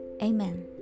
Amen